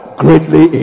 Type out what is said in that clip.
greatly